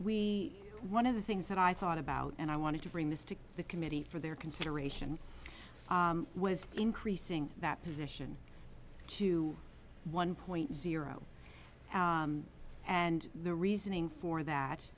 we one of the things that i thought about and i wanted to bring this to the committee for their consideration was increasing that position to one point zero and the reasoning for that